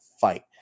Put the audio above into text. fight